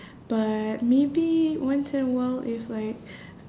but maybe once in a while if like